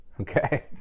Okay